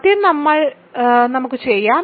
ആദ്യം നമുക്ക് ചെയ്യാം